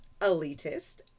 elitist